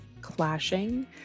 clashing